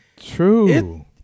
True